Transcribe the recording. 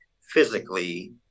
physically